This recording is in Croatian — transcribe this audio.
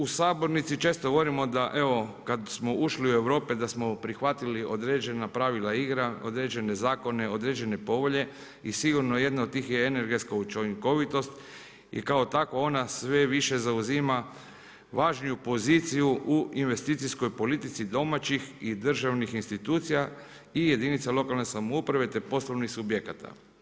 U sabornici često govorimo da evo, kad smo ušli u Europe da smo prihvatili određene pravila igre, određene zakone, određene povelje i sigurno jedna od tih je energetska učinkovitost i kao takva ona sve više zauzima važniju poziciju u investicijskoj politici domaćih i državnih institucija i jedinica lokalne samouprave te poslovnih subjekata.